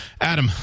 Adam